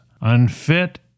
unfit